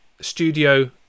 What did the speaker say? Studio